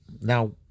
Now